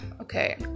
okay